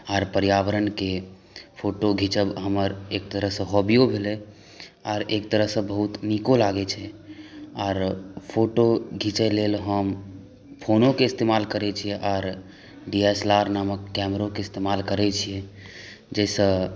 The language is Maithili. आर पर्यावरणके फोटो घिचब हमर एक तरह से हॉबीयो भेलै आर एक तरहसँ बहुत नीको लागै छै आर फोटो घिचै लेल हम फोनो के इस्तेमाल करै छियै आर डी एस एल आर नामक कैमेरोके इस्तेमाल करै छियै जाहिसँ